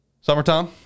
Summertime